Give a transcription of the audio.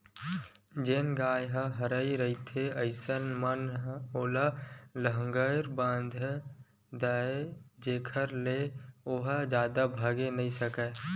जेन गाय ह हरही रहिथे अइसन म ओला लांहगर बांध दय जेखर ले ओहा जादा भागे नइ सकय